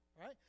right